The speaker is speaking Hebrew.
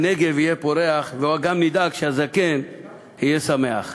"וגם הנגב עוד יהיה פורח,/ ועוד נדאג שהזקן יהיה שמח".